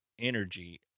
energy